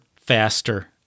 faster